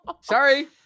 sorry